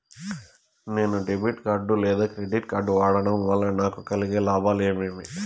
నేను debit card లేదా credit card వాడడం వల్ల నాకు కలిగే లాభాలు ఏమేమీ?